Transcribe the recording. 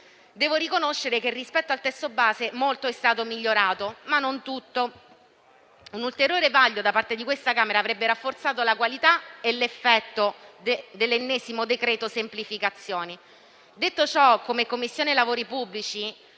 devo riconoscere che, rispetto al testo base, molto è stato migliorato, anche se non tutto. Un ulteriore vaglio da parte di questa Camera avrebbe rafforzato la qualità e l'effetto dell'ennesimo decreto semplificazioni. Detto ciò, come Commissione lavori pubblici,